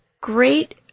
great